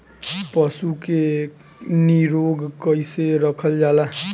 पशु के निरोग कईसे रखल जाला?